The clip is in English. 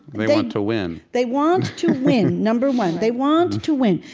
they want to win they want to win, number one. they want to win.